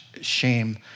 shame